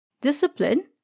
Discipline